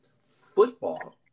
football